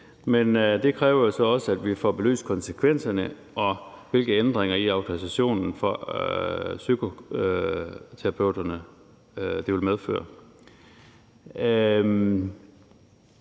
men det kræver jo så også, at vi får belyst konsekvenserne, og hvilke ændringer i autorisationen for de psykomotoriske terapeuter det vil medføre.